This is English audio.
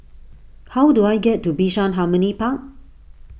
how do I get to Bishan Harmony Park